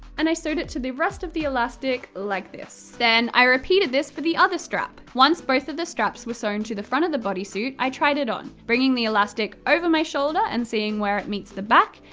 and i sewed it to the rest of the elastic, like this. then i repeated this for the other strap! once both of the straps were sewn to the front of the bodysuit, i tried it on, bringing the elastic over my shoulder and seeing where it meets the back,